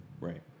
Right